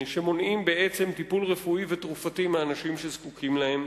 בעצם טיפול רפואי ותרופתי מאנשים שזקוקים לו.